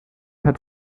hat